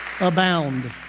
abound